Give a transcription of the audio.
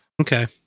Okay